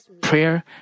prayer